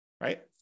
right